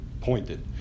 pointed